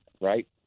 right